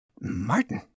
Martin